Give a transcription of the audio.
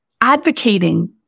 advocating